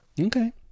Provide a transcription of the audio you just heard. Okay